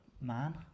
Man